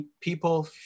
people